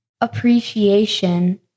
appreciation